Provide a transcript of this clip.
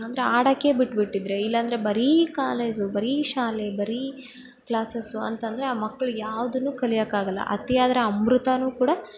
ಅಂದರೆ ಆಡೋಕ್ಕೇ ಬಿಟ್ಬಿಟ್ಟಿದ್ರೆ ಇಲ್ಲ ಅಂದರೆ ಬರೀ ಕಾಲೇಜು ಬರೀ ಶಾಲೆ ಬರೀ ಕ್ಲಾಸಸ್ ಅಂತ ಅಂದರೆ ಆ ಮಕ್ಳು ಯಾವುದನ್ನೂ ಕಲಿಯೋಕ್ಕೆ ಆಗೋಲ್ಲ ಅತಿ ಆದರೆ ಅಮೃತವೂ ಕೂಡ